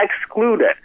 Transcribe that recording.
excluded